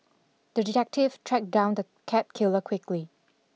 the detective tracked down the cat killer quickly